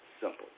simple